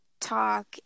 talk